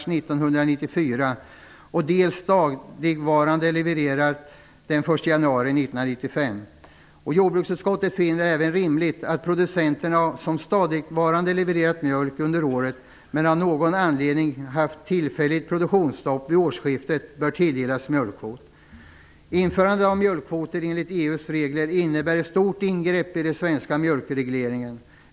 1995. Jordbruksutskottet finner det även rimligt att producenter som stadigvarande levererat mjölk under året men av någon anledning haft tillfälligt produktionsstopp vid årsskiftet tilldelas mjölkkvot. Införandet av mjölkkvoter enligt EU:s regler innebär ett stort ingrepp i den svenska mjölkregleringen.